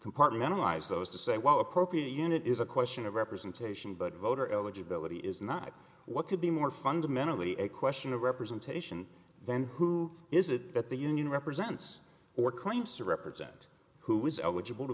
compartmentalise those to say well appropriate unit is a question of representation but voter eligibility is not what could be more fundamentally a question of representation then who is it that the union represents or claims to represent who is eligible to